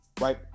right